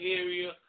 area